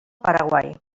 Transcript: paraguai